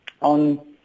On